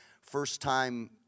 first-time